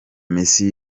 messi